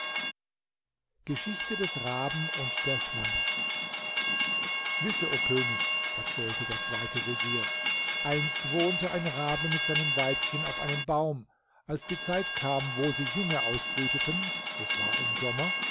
geschichte des raben und der schlange wisse o könig erzählte der zweite vezier einst wohnte ein rabe mit seinem weibchen auf einem baum als die zeit kam wo sie junge ausbrüteten es war im sommer